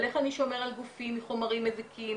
על איך אני שומר על גופי מחומרים מזיקים,